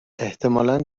احتمالا